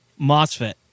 MOSFET